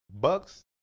Bucks